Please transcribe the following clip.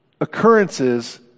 occurrences